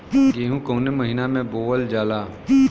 गेहूँ कवने महीना में बोवल जाला?